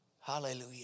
Hallelujah